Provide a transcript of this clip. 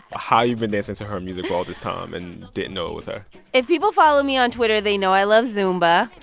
how you've been dancing to her music for all this time and didn't know it was her if people follow me on twitter, they know i love zumba